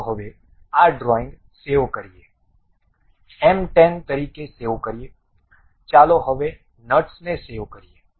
ચાલો હવે આ ડ્રોઇંગ સેવ કરીએ M 10 તરીકે સેવ કરીએ ચાલો હવે નટ્સ ને સેવ કરીએ